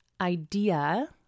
idea